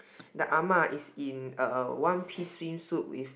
the Ah Ma is in a one piece swimsuit with